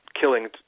killing